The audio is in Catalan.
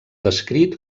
descrit